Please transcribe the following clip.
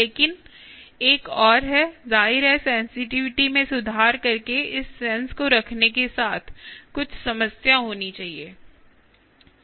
लेकिन एक और है जाहिर है सेंसिटिविटी में सुधार करके इस सेंस को रखने के साथ कुछ समस्या होनी चाहिए